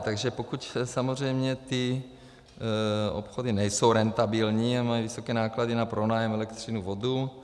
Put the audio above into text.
Takže pokud samozřejmě ty obchody nejsou rentabilní a mají vysoké náklady na pronájem, elektřinu, vodu.